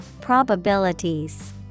Probabilities